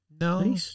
No